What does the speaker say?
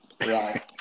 right